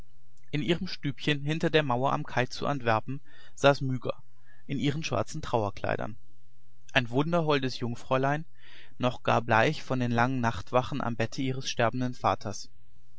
in ihrem stübchen hinter der mauer am kai zu antwerpen saß myga in ihren schwarzen trauerkleidern ein wunderholdes jungfräulein noch gar bleich von den langen nachtwachen am bette ihres sterbenden vaters